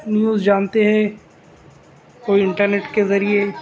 news جانتے ہیں کوئی انٹرنیٹ کے ذریعے